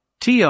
TR